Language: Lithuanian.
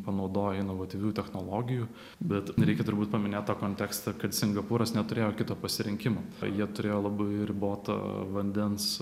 panaudoja inovatyvių technologijų bet reikia turbūt paminėt tą kontekstą kad singapūras neturėjo kito pasirinkimo jie turėjo labai ribotą vandens